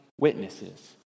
witnesses